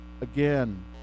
again